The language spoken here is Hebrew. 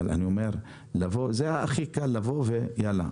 אבל אני שהכי קל לבוא ויאללה,